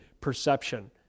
perception